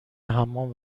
حمام